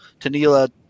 Tanila